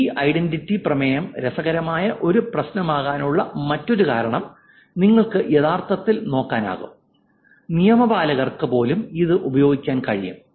ഈ ഐഡന്റിറ്റി പ്രമേയം രസകരമായ ഒരു പ്രശ്നമാകാനുള്ള മറ്റൊരു കാരണം നിങ്ങൾക്ക് യഥാർത്ഥത്തിൽ നോക്കാനാകും നിയമപാലകർക്ക് പോലും ഇത് ഉപയോഗിക്കാൻ കഴിയും